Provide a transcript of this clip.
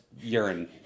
urine